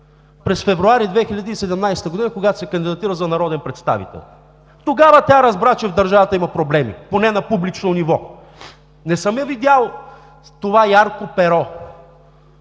през февруари 2017 г., когато се кандидатира за народен представител, тогава тя разбра, че в държавата има проблеми, поне на публично ниво. Не съм я видял – това ярко перо,